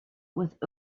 with